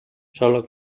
sólo